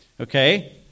okay